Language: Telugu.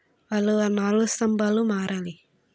వాళ్ళు ఆ నాలుగు స్తంభాలు మారాలి